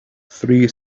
three